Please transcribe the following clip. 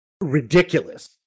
ridiculous